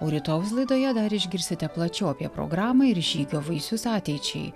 o rytojaus laidoje dar išgirsite plačiau apie programą ir žygio vaisius ateičiai